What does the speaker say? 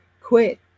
quit